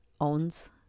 owns